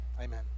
Amen